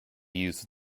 use